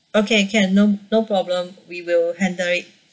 okay can no no problem we will handle it